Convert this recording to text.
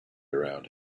around